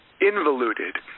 involuted